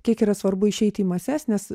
kiek yra svarbu išeiti į mases nes